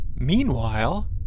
Meanwhile